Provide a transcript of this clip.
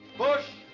bush,